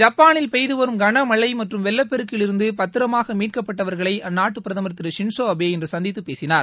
ஜப்பானில் பெய்து வரும் கனமழை மற்றும் வெள்ளப்பெருக்கில் இருந்து பத்திரமாக மீட்கப்பட்டவர்களை அந்நாட்டு பிரதமர் திரு ஷின்சோ அபே இன்று சந்தித்து பேசினார்